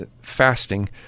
fasting